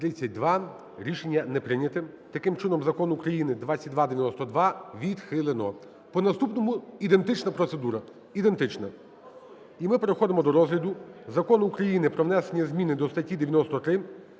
Рішення не прийнято. Таким чином, Закон України 2292 відхилено. По наступному – ідентична процедура, ідентична. І ми переходимо до розгляду Закон України про внесення зміни до статті 93